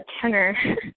tenor